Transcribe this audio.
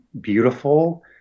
beautiful